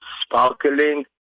sparkling